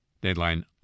Deadline